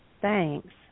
Thanks